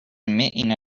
emitting